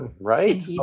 Right